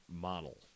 model